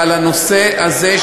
הם בנושא הזה,